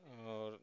आओर